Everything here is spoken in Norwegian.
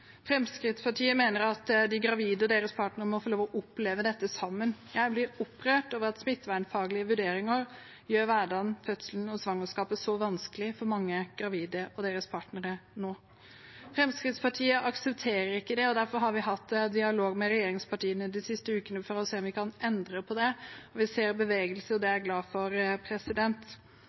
Fremskrittspartiet mener at de gravide og deres partner må få lov til å oppleve dette sammen. Jeg blir opprørt over at smittevernfaglige vurderinger gjør hverdagen, fødselen og svangerskapet så vanskelig for mange gravide og deres partnere nå. Fremskrittspartiet aksepterer ikke det, og derfor har vi hatt dialog med regjeringspartiene de siste ukene for å se om vi kan endre på det. Vi ser bevegelse, og det er jeg glad for.